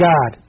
God